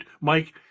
Mike